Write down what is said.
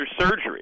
surgery